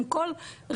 הם כל רווח,